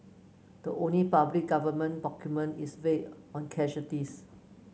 the only public government document is vague on casualties